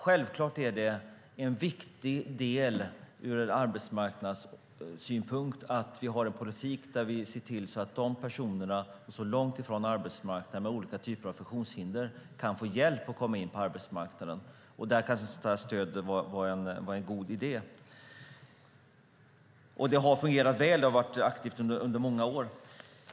Självklart är det ur arbetsmarknadssynpunkt viktigt att vi har en politik där vi ser till att personer med olika typer av funktionshinder som är långt ifrån arbetsmarknaden kan få hjälp att komma in på arbetsmarknaden. Där kanske ett sådant stöd är en god idé. Det har fungerat väl. Det har varit aktivt under många år.